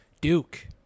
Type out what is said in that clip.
Duke